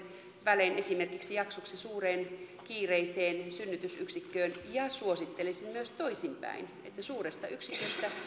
välein esimerkiksi jaksoksi suureen kiireiseen synnytysyksikköön ja suosittelisin myös toisinpäin että suuresta yksiköstä